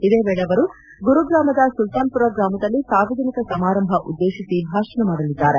ಇದೇ ವೇಳೆ ಅವರು ಗುರುಗ್ರಾಮದ ಸುಲ್ತಾನಮರ ಗ್ರಾಮದಲ್ಲಿ ಸಾರ್ವಜನಿಕ ಸಮಾರಂಭ ಉದ್ದೇಶಿಸಿ ಭಾಷಣ ಮಾಡಲಿದ್ದಾರೆ